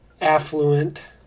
Affluent